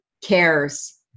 cares